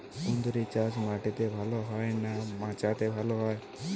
কুঁদরি চাষ মাটিতে ভালো হয় না মাচাতে ভালো হয়?